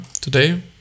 today